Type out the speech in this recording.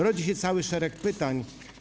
Rodzi się cały szereg pytań.